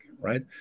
right